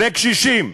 לקשישים,